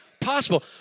possible